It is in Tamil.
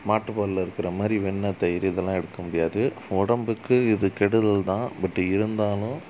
மாட்டுப் பாலில் இருக்கிற மாதிரி வெண்ணை தயிர் இதெல்லாம் எடுக்க முடியாது உடம்புக்கு இது கெடுதல் தான் பட் இருந்தாலும்